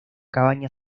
cabaña